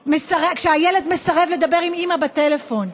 כשהילד מסרב לדבר עם אימא בטלפון,